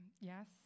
Yes